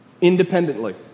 independently